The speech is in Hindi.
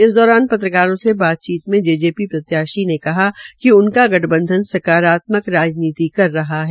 इस दौरान पत्रकारों से बातचीत मे जेजेपी प्रत्याशी ने कहा कि गठबंधन सकारात्मक राजनीति कर रहा है